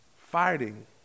fighting